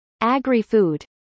agri-food